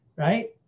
Right